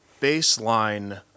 baseline